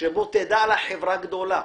שבו תדע לה חברה גדולה